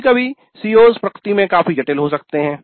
कभी कभी CO's प्रकृति में काफी जटिल हो सकते है